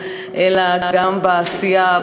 אלא גם בעשייה,